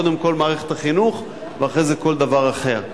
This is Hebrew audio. קודם כול מערכת החינוך ואחרי זה כל דבר אחר,